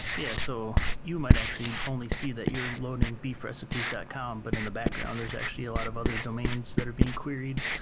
yeah, so you might actually only see that you're loading beefrecipes dot com, but in the background there's actually a lot of other domains that are being queried,